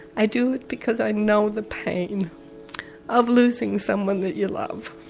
i do it because i know the pain of losing someone that you love,